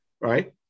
right